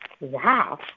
Wow